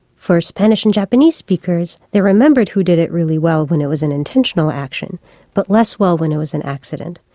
for spanish and japanese speakers they remembered who did it really well when it was an intentional action but less well when it was an accident.